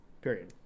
Period